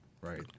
right